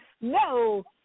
No